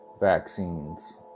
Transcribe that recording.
vaccines